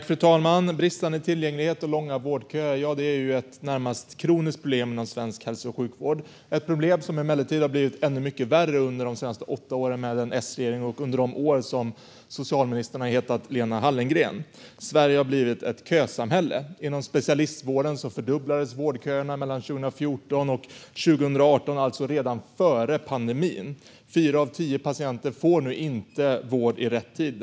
Fru talman! Bristande tillgänglighet och långa vårdköer är ett närmast kroniskt problem inom svensk hälso och sjukvård. Det är ett problem som emellertid har blivit ännu mycket värre under de senaste åtta åren med en S-regering och under de år som socialministern har hetat Lena Hallengren. Sverige har blivit ett kösamhälle. Inom specialistvården fördubblades vårdköerna mellan 2014 och 2018, alltså redan före pandemin. Fyra av tio patienter får nu inte vård i rätt tid.